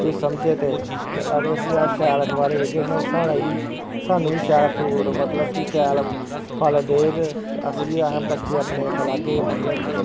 कोई समझे ते अगर अस इस्सी शैल रखवाली करगे ते इन्ने साढ़ा बी स्हानूं बी शैल फ्रूट मतलब की शैल फल देग ते अस बी अहें अपने बच्चे अपने गी खलाह्गे मतलब शैल खलागे ते